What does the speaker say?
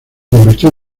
convirtió